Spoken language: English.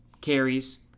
carries